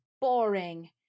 boring